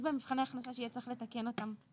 גם מבחני הכנסה שיהיה צריך לתקן אותם.